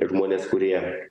žmonės kurie